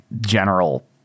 general